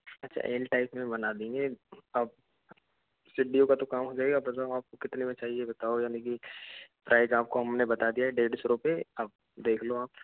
अच्छा L type में ही बना देंगे आप सीढ़ियों का तो काम हो जाएगा बस आप ये बताओ आपको कितने में चाहिए यानि की प्राइज हमने आपको बता दिया डेढ़ सौ रूपये अब देख लो आप